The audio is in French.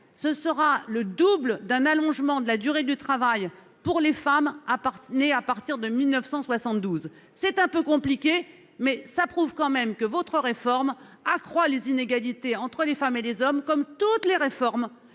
Ce sera le double d'un allongement de la durée du travail pour les femmes à à partir de 1972, c'est un peu compliqué, mais ça prouve quand même que votre réforme accroît les inégalités entre les femmes et des hommes comme toutes les réformes